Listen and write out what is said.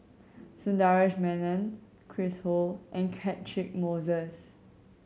Sundaresh Menon Chris Ho and Catchick Moses